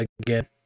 again